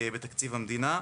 בתקציב המדינה.